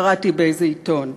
קראתי באיזה עיתון,